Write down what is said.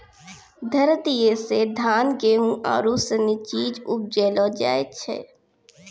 धरतीये से धान, गेहूं आरु सनी चीज उपजैलो जाय छै